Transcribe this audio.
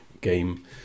game